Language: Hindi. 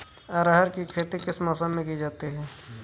अरहर की खेती किस मौसम में की जाती है?